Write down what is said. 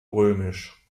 römisch